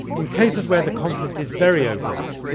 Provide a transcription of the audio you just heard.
in cases where the conflict is very overt,